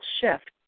shift